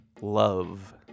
love